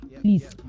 please